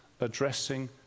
addressing